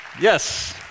Yes